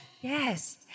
Yes